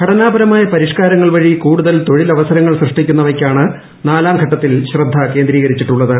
ഘടനാപരമായ പരിഷ്കാരങ്ങൾ വഴി കൂടുതൽ തൊഴിലവസരങ്ങൾ സൃഷ്ടിക്കുന്നവയ്ക്കാണ് നാലാംഘട്ടത്തിൽ ശ്രദ്ധ കേന്ദ്രീകരിച്ചിട്ടുള്ളത്